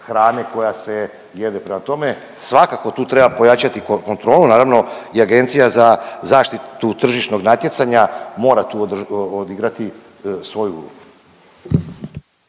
hrane koja se jede. Prema tome, svakako tu treba pojačati kontrolu, naravno i Agencija za zaštitu tržišnog natjecanja mora tu odigrati svoju ulogu.